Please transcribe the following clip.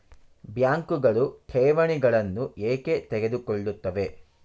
ಬ್ಯಾಂಕುಗಳು ಠೇವಣಿಗಳನ್ನು ಏಕೆ ತೆಗೆದುಕೊಳ್ಳುತ್ತವೆ?